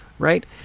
right